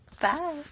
Bye